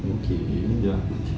okay